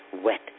wet